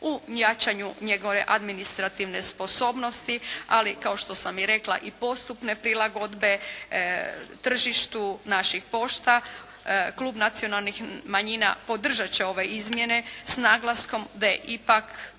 u jačanju administrativne sposobnosti, ali kao što sam i rekla i postupne prilagodbe tržištu naših pošta, klub Nacionalnih manjina podržat će ove izmjene, s naglaskom da je ipak